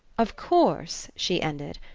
of course, she ended,